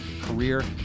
career